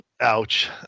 ouch